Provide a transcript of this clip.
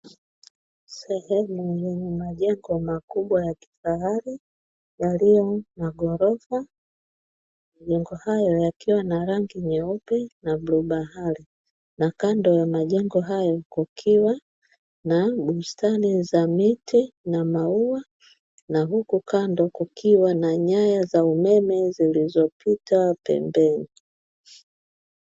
Sehemu yenye majengo makubwa ya kifahari yaliyo na ghorofa. Majengo hayo yakiwa na rangi nyeupe na bluu bahari, na kando ya majengo hayo kukiwa na bustani za miti na maua, na huku kando kukiwa na nyaya za umeme zilizopita pembeni.